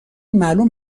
معلوم